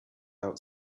out